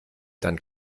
dann